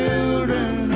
Children